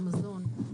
של המזון,